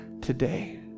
today